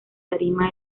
tarima